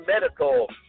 medical